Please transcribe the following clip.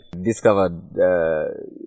discovered